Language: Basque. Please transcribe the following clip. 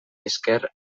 esker